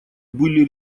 были